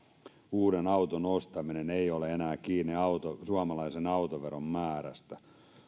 uuden auton ostaminen ei ole enää kiinni suomalaisen autoveron määrästä